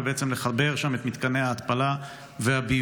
ובעצם לחבר שם את מתקני ההתפלה והביוב.